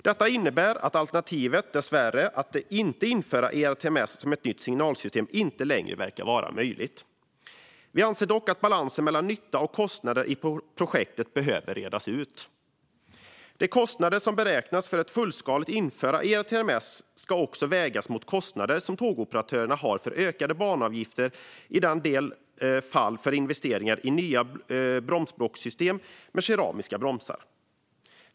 Detta innebär att alternativet, det vill säga att inte införa ERTMS som ett nytt signalsystem, dessvärre inte längre verkar vara möjligt. Vi anser dock att balansen mellan nytta och kostnader i projektet behöver redas ut. De kostnader som beräknas för att fullskaligt införa ERTMS ska också vägas mot kostnader som tågoperatörerna har för ökade banavgifter och i en del fall för investeringar i nya bromsblocksystem med keramiska bromsar.